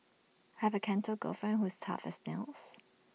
have A Canto girlfriend who's tough as nails